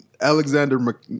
Alexander